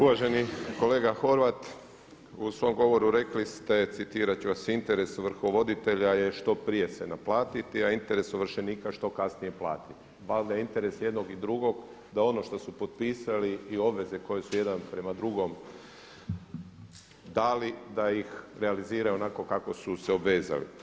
Uvaženi kolega Horvat, u svom govoru rekli ste citirat ću vas „Interes ovrhovoditelja je što prije se naplatiti, a interes ovršenika što kasnije platiti“, valjda je interes i jednog i drugog da ono što su potpisali i obveze koje su jedan prema drugom dali da ih realiziraju onako kako su se obvezali.